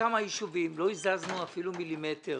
אותם היישובים, לא הזזנו אפילו מילימטר.